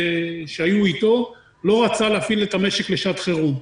שהיו אתו לא רצה להפעיל את המשק לשעת חירום.